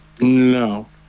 No